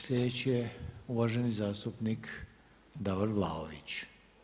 Sljedeći je uvaženi zastupnik Davor Vlaović.